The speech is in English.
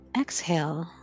exhale